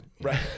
right